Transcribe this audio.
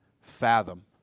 fathom